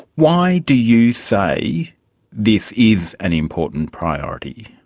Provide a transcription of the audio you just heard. why do you say this is an important priority?